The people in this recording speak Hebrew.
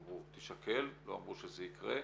אמרו תישקל, לא אמרו שזה יקרה.